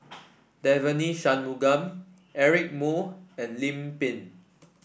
Devagi Sanmugam Eric Moo and Lim Pin